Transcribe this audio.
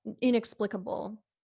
inexplicable